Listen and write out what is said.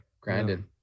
grinding